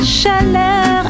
chaleur